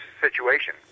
situation